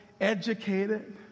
educated